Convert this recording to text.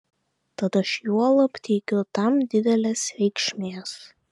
tad aš juolab teikiu tam didelės reikšmės